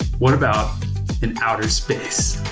what about in outer space?